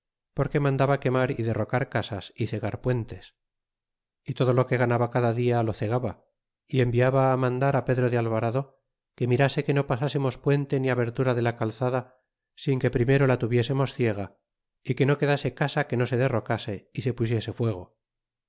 porque mandaba quemar y derrocar casas y cegar puentes y todo lo que ganaba cada dia lo cegaba y enviaba á mandar á pedro de alvarado que mirase que no pasásemos puente ni abertura de la calzada sin que primero la tuviésemos ciega que no quedase casa que no se derrocase y se pusiese fuego